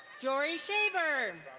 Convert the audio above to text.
jory shaburn.